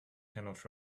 cannot